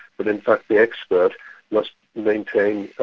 but in fact the expert must maintain.